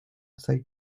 site